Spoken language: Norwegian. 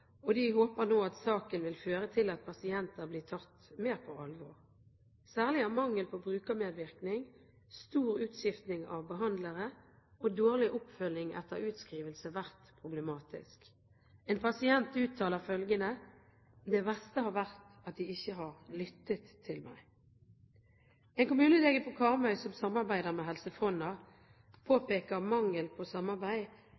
håper nå at saken vil føre til at pasienter blir tatt mer på alvor. Særlig har mangel på brukermedvirkning, stor utskiftning av behandlere og dårlig oppfølging etter utskrivelse vært problematisk. En pasient uttaler følgende: Det verste har vært at de ikke har lyttet til meg. En kommunelege på Karmøy som samarbeider med Helse Fonna,